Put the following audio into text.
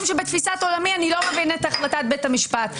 שבתפיסת עולמי אני לא מבין את החלטת בית המשפט.